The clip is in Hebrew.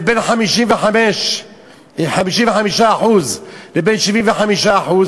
זה בין 55% לבין 75%,